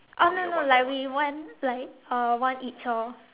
oh no no like we one like uh one each orh